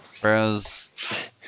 Whereas